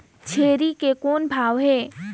छेरी के कौन भाव हे?